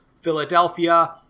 Philadelphia